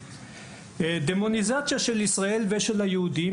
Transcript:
ב׳ - דמוניזציה של ישראל ושל היהודים,